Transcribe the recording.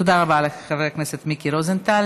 תודה רבה לך, חבר הכנסת מיקי רוזנטל.